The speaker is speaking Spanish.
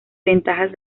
ventajas